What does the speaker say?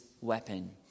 weapon